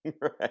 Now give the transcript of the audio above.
Right